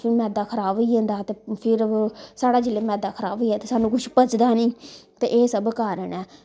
ते फिर मैद्दा खराब होई जंदा ते फिर साढ़ा जिसलै मैद्दा खराब होई दा ते स्हानू कुछ पचदा नी ते एह् सब कारण ऐ